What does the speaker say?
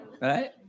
right